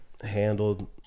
handled